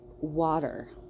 water